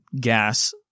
gas